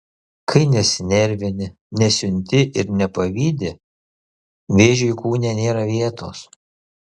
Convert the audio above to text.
kai nesinervini nesiunti ir nepavydi vėžiui kūne nėra vietos